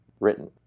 written